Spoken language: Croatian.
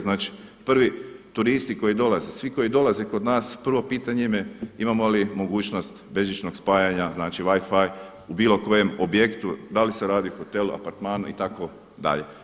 Znači, prvi turisti koji dolaze, svi koji dolaze kod nas prvo pitanje im je imamo li mogućnost bežičnog spajanja znači WiFi u bilo kojem objektu, da li se radi o hotelu, apartmanu itd.